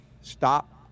stop